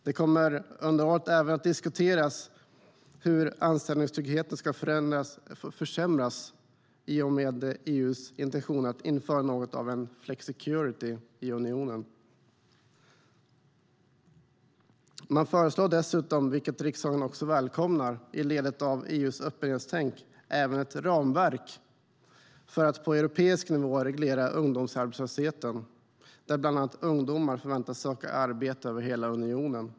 Det kommer under året även att diskuteras hur anställningstryggheten ska försämras i och med EU:s intentioner att införa något av en flexicurity i unionen. Man föreslår dessutom, vilket riksdagen också välkomnar, i ledet av EU:s öppenhetstänk även ett ramverk för att på europeisk nivå reglera ungdomsarbetslösheten där bland annat ungdomar förväntas söka arbete över hela unionen.